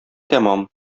тәмам